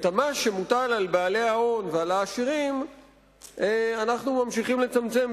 ואת המס שמוטל על בעלי ההון ועל העשירים אנחנו ממשיכים לצמצם,